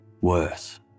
worse